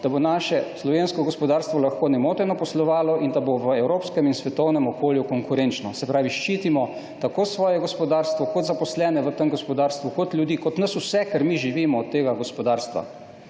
da bo naše, slovensko gospodarstvo lahko nemoteno poslovalo in da bo v evropskem in svetovnem okolju konkurenčno. Se pravi, ščitimo tako svoje gospodarstvo kot zaposlene v tem gospodarstvu, kot nas vse, ker mi živimo od tega gospodarstva.